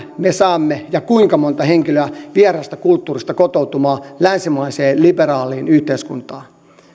me saamme ja kuinka monta henkilöä vieraasta kulttuurista kotoutumaan länsimaiseen liberaaliin yhteiskuntaan